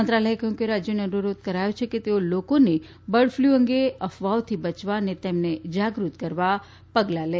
મંત્રાલયે કહયું છે કે રાજયોને અનુરોધ કરાયો છે કે તેઓ લોકોને બર્ડ ફલુ અંગે અફવાઓથી બચવા અને તેમને જાગૃત કરવા પગલા લે